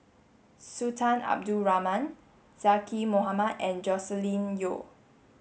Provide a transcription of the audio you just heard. Sultan Abdul Rahman Zaqy Mohamad and Joscelin Yeo